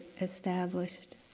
established